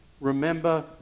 remember